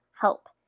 help